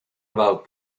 about